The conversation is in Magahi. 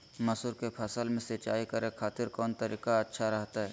मसूर के फसल में सिंचाई करे खातिर कौन तरीका अच्छा रहतय?